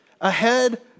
ahead